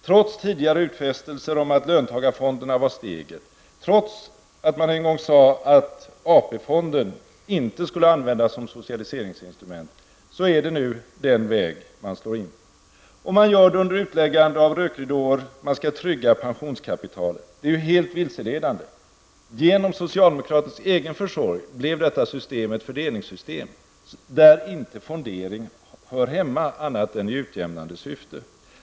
Trots tidigare utfästelser om att löntagarfonderna var det enda steget och trots att man en gång sade att AP-fonden inte skulle användas som socialiseringsinstrument, är det nu den vägen man slår in på. Man gör det under utläggande av rökridåer; man skall trygga pensionskapitalet. Det är ju helt vilseledande. Genom socialdemokraternas egen försorg blev detta system ett fördelningssystem, där fondering inte hör hemma annat än i utjämnande syfte.